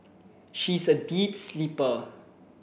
she's a deep sleeper